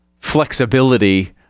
flexibility